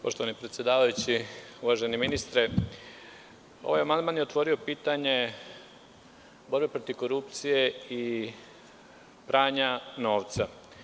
Poštovani predsedavajući, uvaženi ministre, ovaj amandman je otvorio pitanje borbe protiv korupcije i pranja novca.